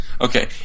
Okay